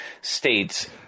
states